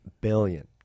billion